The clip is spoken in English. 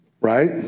right